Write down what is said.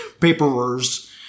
paperers